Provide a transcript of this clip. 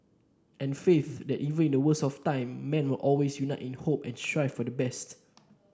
and faith that even in the worst of times man will always unite in hope and strive for the best